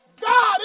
God